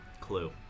Clue